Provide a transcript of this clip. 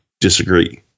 disagree